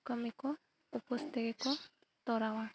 ᱠᱟᱹᱢᱤ ᱠᱚ ᱩᱟᱯᱟᱹᱥ ᱛᱮᱜᱮ ᱠᱚ ᱛᱚᱨᱟᱣᱟ